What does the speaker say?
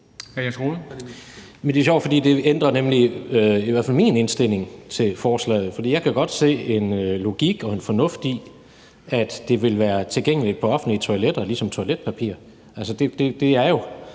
Men det er sjovt, fordi det nemlig ændrer i hvert fald min indstilling til forslaget, fordi jeg godt kan se en logik og en fornuft i, at det vil være tilgængeligt på offentlige toiletter ligesom toiletpapir. For hvis